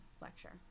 lecture